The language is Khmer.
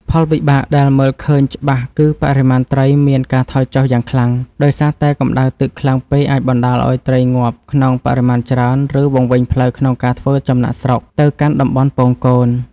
ផលវិបាកដែលមើលឃើញច្បាស់គឺបរិមាណត្រីមានការថយចុះយ៉ាងខ្លាំង ដោយសារតែកម្ដៅទឹកខ្លាំងពេកអាចបណ្ដាលឱ្យត្រីងាប់ក្នុងបរិមាណច្រើន ឬវង្វេងផ្លូវក្នុងការធ្វើចំណាកស្រុកទៅកាន់តំបន់ពងកូន។